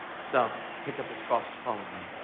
so pick up his cross and follow me,